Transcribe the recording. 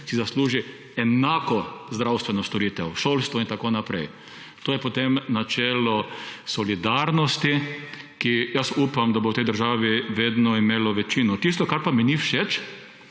si zasluži enako zdravstveno storitev, šolstvo in tako naprej. To je načelo solidarnosti, ki upam, da bo v tej državi vedno imelo večino. Tisto, kar pa mi ni všeč,